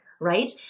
right